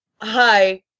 hi